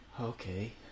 Okay